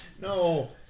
No